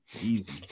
Easy